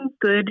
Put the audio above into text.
good